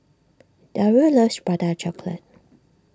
Dario loves Prata Chocolate